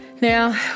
Now